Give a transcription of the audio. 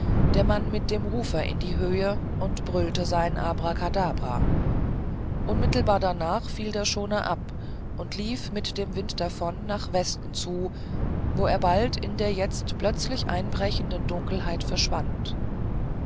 der mann mit dem rufer in die höhe und brüllte sein abrakadabra unmittelbar danach fiel der schoner ab und lief mit dem wind davon nach westen zu wo er bald in der jetzt plötzlich einbrechenden dunkelheit verschwand